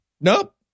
Nope